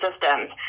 systems